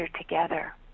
together